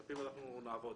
שעל פיו אנחנו נעבוד.